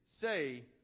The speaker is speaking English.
say